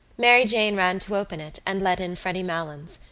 mary jane ran to open it and let in freddy malins.